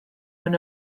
when